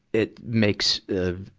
it makes, ah,